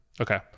Okay